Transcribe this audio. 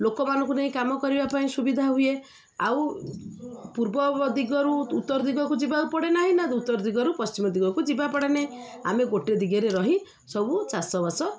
ଲୋକମାନଙ୍କୁ ନେଇ କାମ କରିବା ପାଇଁ ସୁବିଧା ହୁଏ ଆଉ ପୂର୍ବ ଦିଗରୁ ଉତ୍ତର ଦିଗକୁ ଯିବାକୁ ପଡ଼େ ନାହିଁ ନା ଉତ୍ତର ଦିଗରୁ ପଶ୍ଚିମ ଦିଗକୁ ଯିବା ପଡ଼େ ନାହିଁ ଆମେ ଗୋଟେ ଦିଗରେ ରହି ସବୁ ଚାଷବାସ